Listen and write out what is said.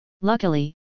Luckily